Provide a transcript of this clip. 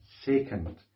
second